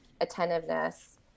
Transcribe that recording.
attentiveness